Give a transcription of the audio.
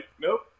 Nope